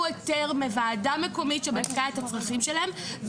היתר מוועדה מקומית שבדקה את הצרכים שלהם,